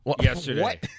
yesterday